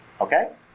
okay